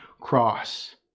cross